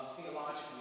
theologically